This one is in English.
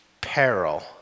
peril